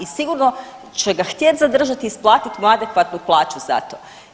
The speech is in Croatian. I sigurno će ga htjeti zadržati i isplatiti mu adekvatnu plaću za to.